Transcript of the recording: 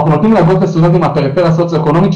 אנחנו נותנים לסטודנטים מהפריפריה הסוציו אקונומית,